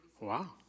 Wow